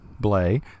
Blay